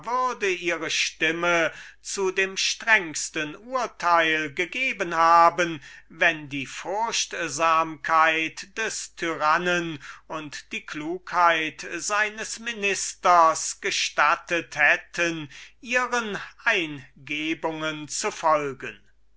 würde ihre stimme zu dem strengesten urteil gegeben haben wenn die furchtsamkeit des tyrannen und die klugheit seines ministers gestattet hätten ihren eingebungen zu folgen